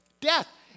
Death